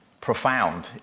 profound